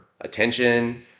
attention